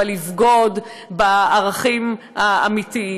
אבל לבגוד בערכים האמיתיים.